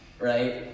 Right